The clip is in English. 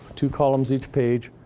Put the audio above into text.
two columns each page.